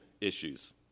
issues